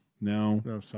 No